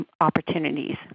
opportunities